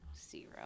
zero